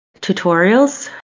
tutorials